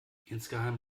insgeheim